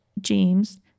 James